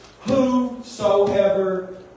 Whosoever